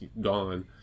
gone